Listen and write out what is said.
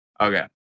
Okay